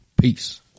Peace